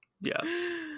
Yes